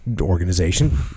organization